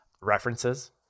References